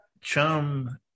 Chum